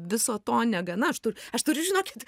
viso to negana aš tų aš turiu žinokit